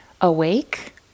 awake